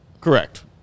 Correct